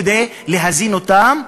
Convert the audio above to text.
להזין אותם,